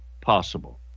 possible